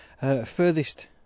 Furthest